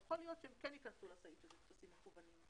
יכול להיות שהם כן ייכנסו לסעיף של טפסים מקוונים.